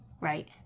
Right